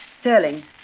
Sterling